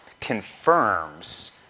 confirms